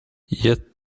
yet